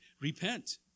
Repent